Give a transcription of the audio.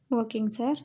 ஓகேங்க சார்